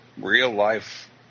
real-life